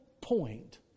point